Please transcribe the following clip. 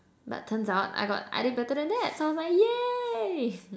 but turns out I got I did better than that so I was like !yay!